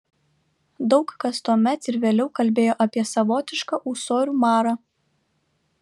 daug kas tuomet ir vėliau kalbėjo apie savotišką ūsorių marą